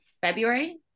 february